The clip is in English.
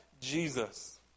Jesus